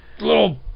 little